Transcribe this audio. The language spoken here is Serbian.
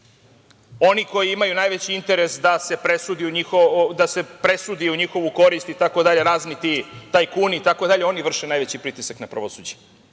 koji imaju najveći interes da se presudi u njihovu korist itd, razni ti tajkuni, itd, oni vrše najveći pritisak na pravosuđe.